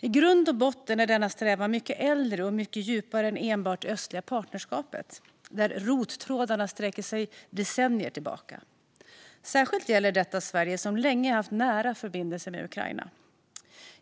I grund och botten är denna strävan mycket äldre och mycket djupare än enbart det östliga partnerskapet, där rottrådarna sträcker sig decennier tillbaka. Särskilt gäller detta Sverige, som länge haft nära förbindelser med Ukraina.